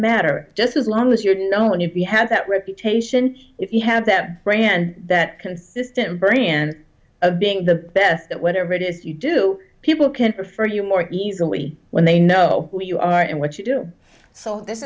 matter just as long as you're known when you have that reputation if you have that brand that consistent brand of being the best at whatever it is you do people can prefer you more easily when they know who you are and what you do so this